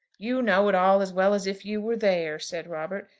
you know it all as well as if you were there, said robert,